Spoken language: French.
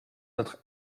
notre